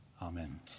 Amen